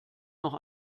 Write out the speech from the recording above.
noch